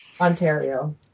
Ontario